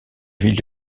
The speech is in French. ville